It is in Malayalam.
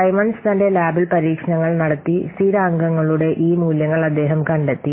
സൈമൺസ് തന്റെ ലാബിൽ പരീക്ഷണങ്ങൾ നടത്തി സ്ഥിരാങ്കങ്ങളുടെ ഈ മൂല്യങ്ങൾ അദ്ദേഹം കണ്ടെത്തി